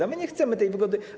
Ale my nie chcemy tej wygody.